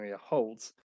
holds